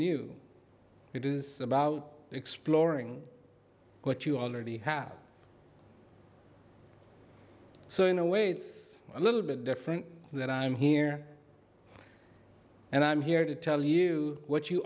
new it is about exploring what you already have so in a way it's a little bit different that i'm here and i'm here to tell you what you